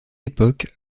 époques